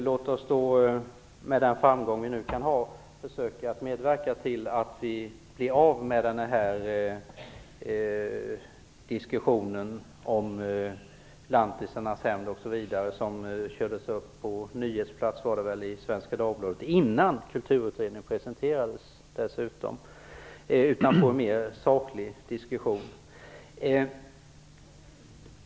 Låt oss med den framgång vi kan ha försöka medverka till att vi blir av med den här diskussionen om lantisarnas hämnd osv., som slogs upp på nyhetsplats i Svenska Dagbladet innan Kulturutredningen presenterades, och får en mer saklig diskussion.